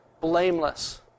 blameless